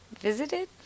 Visited